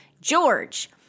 George